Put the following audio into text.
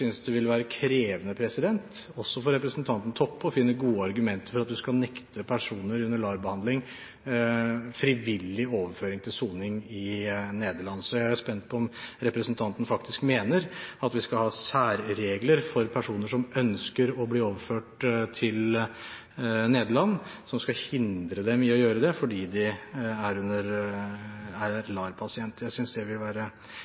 det vil være krevende, også for representanten Toppe, å finne gode argumenter for at en skal nekte personer under LAR-behandling frivillig overføring til soning i Nederland. Så jeg er spent på om representanten faktisk mener at vi skal ha særregler for personer som ønsker å bli overført til Nederland, som altså skal hindre dem i å gjøre det, fordi de er LAR-pasienter. Jeg synes det vil være